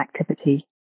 activity